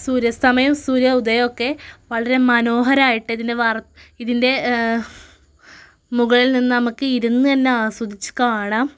സൂര്യാസ്തമയം സൂര്യ ഉദയമൊക്കെ വളരെ മനോഹരമായിട്ട് ഇതിന്റെ ഇതിന്റെ മുകളില് നിന്ന് നമുക്ക് ഇരുന്ന് തന്നെ ആസ്വദിച്ച് കാണാം